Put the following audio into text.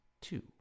two